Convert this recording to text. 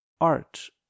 art